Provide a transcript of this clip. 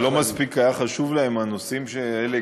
מה, זה לא היה מספיק חשוב להם, הנושאים האלה,